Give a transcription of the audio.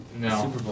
No